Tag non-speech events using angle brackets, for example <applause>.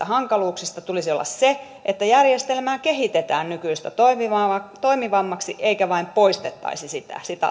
<unintelligible> hankaluuksista tulisi olla se että järjestelmää kehitetään nykyistä toimivammaksi toimivammaksi eikä vain poistettaisi sitä